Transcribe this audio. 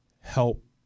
help